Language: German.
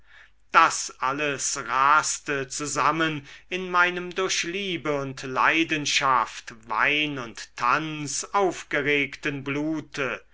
das alles raste zusammen in meinem durch liebe und leidenschaft wein und tanz aufgeregten blute